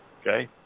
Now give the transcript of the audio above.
Okay